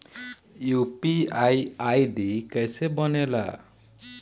UPI ID कैसे बनेला?